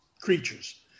creatures